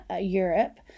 europe